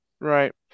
Right